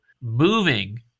Moving